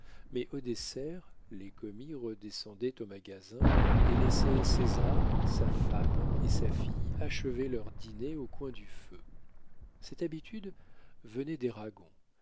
mais au dessert les commis redescendaient au magasin et laissaient césar sa femme et sa fille achever leur dîner au coin du feu cette habitude venait des ragon